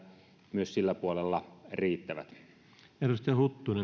myös sillä puolella riittävät